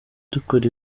dukora